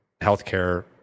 healthcare